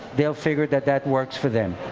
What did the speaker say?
they'll figure that that works for them.